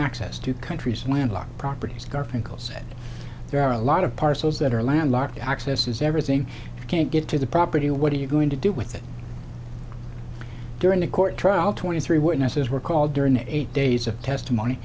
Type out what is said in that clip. access to countries landlocked properties garfinkel said there are a lot of parcels that are landlocked accesses everything you can't get to the property what are you going to do with it during a court trial twenty three witnesses were called during the eight days of testimony